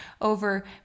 over